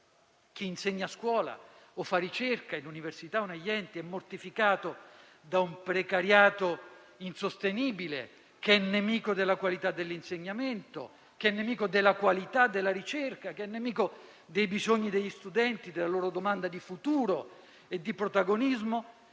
chi insegna a scuola o fa ricerca in università o negli enti è mortificato da un precariato insostenibile che è nemico della qualità dell'insegnamento e della qualità della ricerca, dei bisogni degli studenti, della loro domanda di futuro e di protagonismo